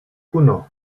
uno